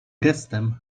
gestem